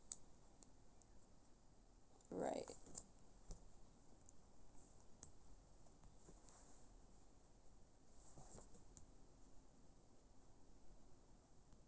right